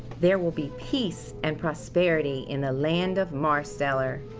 there will be peace and prosperity in the land of marsteller.